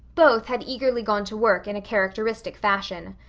both had eagerly gone to work in a characteristic fashion.